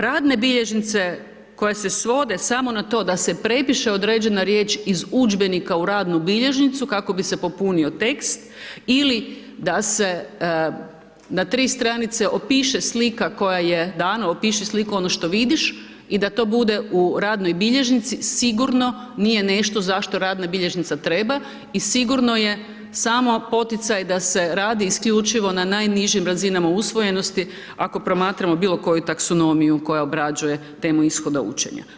Radne bilježnice koje se svode samo na to da se prepiše određena riječ iz udžbenika u radnu bilježnicu kako bi se popunio tekst ili da se na tri stranice opiše slika koja je dana, opiše slika ono što vidiš i da to bude u radnoj bilježnici sigurno nije nešto za što radna bilježnica treba i sigurno je samo poticaj da se radi isključivo na najnižim razinama usvojenosti ako promatramo bilo koju taksonomiju koja obrađuje temu ishoda učenja.